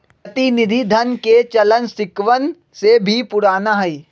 प्रतिनिधि धन के चलन सिक्कवन से भी पुराना हई